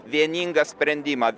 vieningą sprendimą